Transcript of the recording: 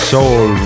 Soul